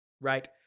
right